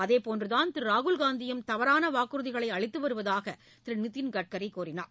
அதேபோன்றுதான் திரு ராகுல் காந்தியும் தவறான வாக்குறுதிகளை அளித்து வருவதாக திரு நிதின் கட்கரி தெரிவித்தார்